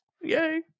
yay